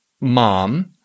mom